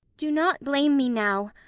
do not blame me now,